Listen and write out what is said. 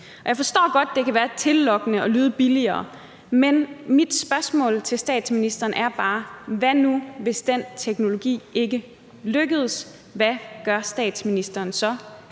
Jeg forstår godt, at det kan være tillokkende og lyde billigere, men mit spørgsmål til statsministeren er bare: Hvad nu, hvis den teknologi ikke lykkes? Hvad gør statsministeren så